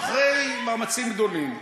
הם, אחרי מאמצים גדולים.